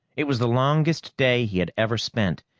it was the longest day he had ever spent,